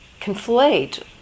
conflate